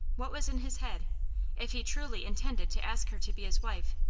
what was in his head if he truly intended to ask her to be his wife,